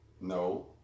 no